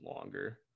longer